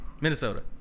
minnesota